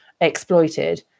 exploited